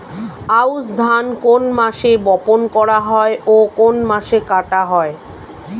আউস ধান কোন মাসে বপন করা হয় ও কোন মাসে কাটা হয়?